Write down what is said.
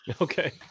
Okay